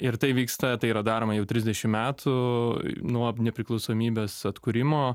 ir tai vyksta tai yra daroma jau trisdešim metų nuo nepriklausomybės atkūrimo